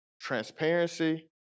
transparency